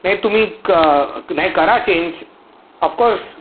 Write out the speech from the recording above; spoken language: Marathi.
नाही तुम्ही क नाही करा चेंज ऑफकोर्स